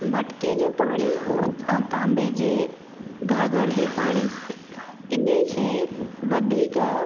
मटिके जो पाणी ऐं तांबे जे घाघर जो पाणी इन खे वधीक